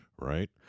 Right